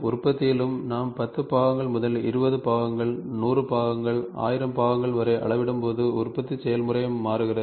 உற்பத்தியிலும் நாம் 10 பாகங்கள் முதல் 20 பாகங்கள் 100 பாகங்கள் 1000 பாகங்கள் வரை அளவிடும்போது உற்பத்தி செயல்முறையும் மாறுகிறது